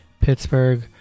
Pittsburgh